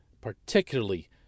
particularly